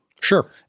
Sure